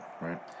right